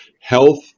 health